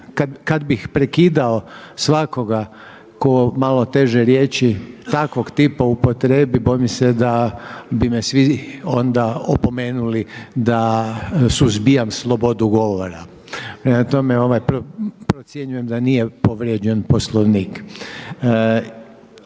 kad bih prekidao svakoga tko malo teže riječi takvog tipa upotrijebi bojim se da bi me svi onda opomenuli da suzbijam slobodu govora. Prema tome, procjenjujem da nije povrijeđen Poslovnik.